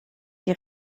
die